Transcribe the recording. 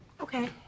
okay